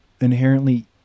inherently